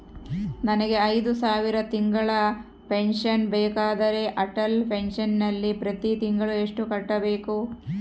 ನನಗೆ ಐದು ಸಾವಿರ ತಿಂಗಳ ಪೆನ್ಶನ್ ಬೇಕಾದರೆ ಅಟಲ್ ಪೆನ್ಶನ್ ನಲ್ಲಿ ಪ್ರತಿ ತಿಂಗಳು ಎಷ್ಟು ಕಟ್ಟಬೇಕು?